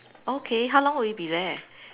okay how long will you be there